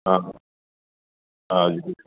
অঁ অঁ